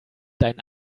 deinen